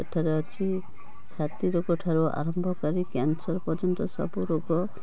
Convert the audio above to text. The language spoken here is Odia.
ଏଠାରେ ଅଛି ଛାତି ରୋଗ ଠାରୁ ଆରମ୍ଭ କରି କ୍ୟାନସର୍ ପର୍ଯ୍ୟନ୍ତ ସବୁରୋଗ